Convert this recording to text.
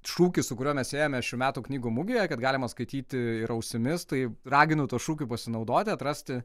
šūkis su kuriuo mes ėjome šių metų knygų mugėje kad galima skaityti ir ausimis tai raginu tuo šūkiu pasinaudoti atrasti